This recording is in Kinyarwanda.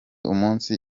umunsi